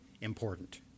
important